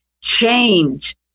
change